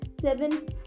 seven